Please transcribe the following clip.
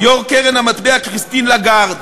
יושבת-ראש קרן המטבע העולמית כריסטין לגארד,